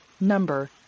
number